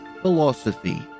Philosophy